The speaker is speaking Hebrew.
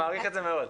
אני מעריך את זה מאוד.